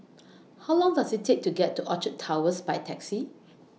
How Long Does IT Take to get to Orchard Towers By Taxi